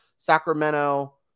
Sacramento